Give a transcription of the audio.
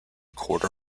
quarter